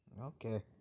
Okay